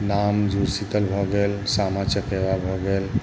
नाम जुड़ शीतल भऽ गेल सामा चकेवा भऽ गेल